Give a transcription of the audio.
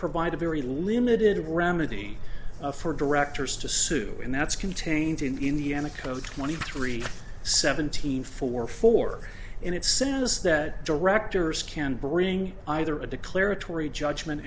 provide a very limited remedy for directors to sue and that's contained in the anna code twenty three seventy four four and it says that directors can bring either a declaratory judgment